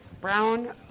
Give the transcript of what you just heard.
brown